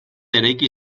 eraiki